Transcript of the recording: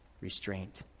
restraint